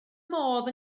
modd